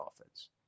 offense